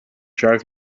driving